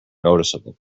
noticeable